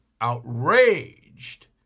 outraged